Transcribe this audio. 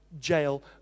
jail